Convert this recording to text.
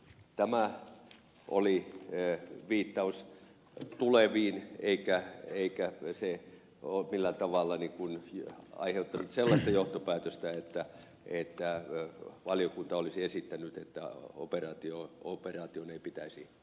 tämä oli viittaus tuleviin eikä se ole millään tavalla aiheuttanut sellaista johtopäätöstä että valiokunta olisi esittänyt että operaatioon ei pitäisi osallistua